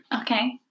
okay